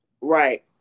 Right